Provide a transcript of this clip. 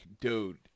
dude